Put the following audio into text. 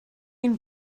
ein